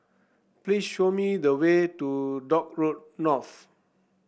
please show me the way to Dock Road North